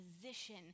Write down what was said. position